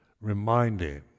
reminding